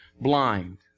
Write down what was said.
blind